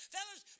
Fellas